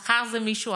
מחר זה מישהו אחר.